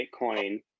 Bitcoin